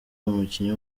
umukinnyi